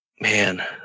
Man